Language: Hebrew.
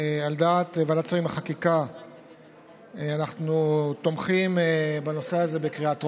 ועדת שרים לחקיקה אנחנו תומכים בנושא הזה בקריאה טרומית,